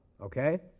okay